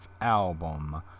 album